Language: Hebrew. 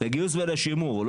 לגיוס ולשימור.